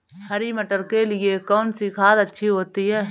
हरी मटर के लिए कौन सी खाद अच्छी होती है?